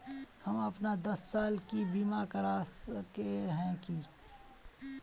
हम अपन दस साल के बीमा करा सके है की?